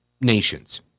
nations